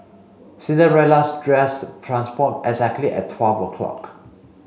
Cinderella's dress transformed exactly at twelve o' clock